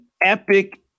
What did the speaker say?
epic